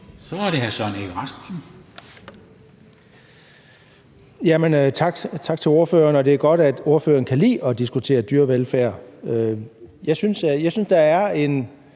Kl. 14:18 Søren Egge Rasmussen (EL): Tak til ordføreren. Det er godt, at ordføreren kan lide at diskutere dyrevelfærd. Jeg synes, der er et